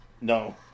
No